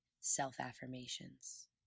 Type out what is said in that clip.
self-affirmations